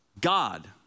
God